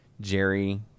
Jerry